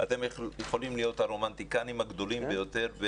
אתם יכולים להיות הרומנטיקנים הגדולים ביותר,